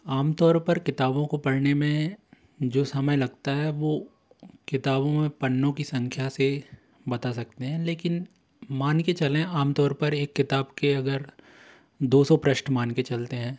आम तौर पर किताबों को पढ़ने में जो समय लगता है वो किताबों में पन्नों की संख्या से बता सकते हैं लेकिन मान के चलें आम तौर पर एक किताब के अगर दो सौ पृष्ठ मान के चलते हैं